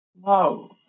Wow